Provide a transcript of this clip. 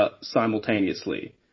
simultaneously